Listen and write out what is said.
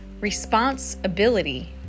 Responsibility